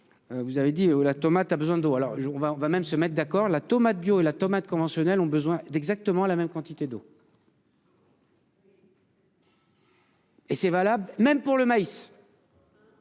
Vous avez dit hou la tomate a besoin d'eau alors je on va on va même se mettent d'accord la tomate bio et la tomate conventionnels ont besoin d'exactement la même quantité d'eau. Et c'est valable même pour le maïs.